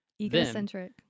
egocentric